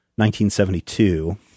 1972